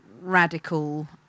radical